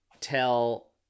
tell